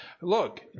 Look